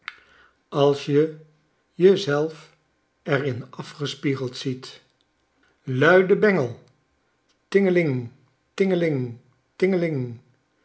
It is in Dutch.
als je je zelf er in afgespiegeld ziet lui de bengel tingeling tingeling tingeling